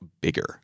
bigger